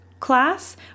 class